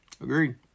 Agreed